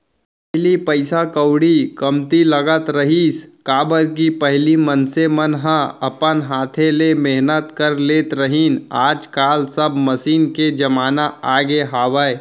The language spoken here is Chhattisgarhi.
पहिली पइसा कउड़ी कमती लगत रहिस, काबर कि पहिली मनसे मन ह अपन हाथे ले मेहनत कर लेत रहिन आज काल सब मसीन के जमाना आगे हावय